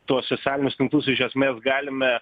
tuos socialinius tinklus iš esmės galime